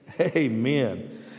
amen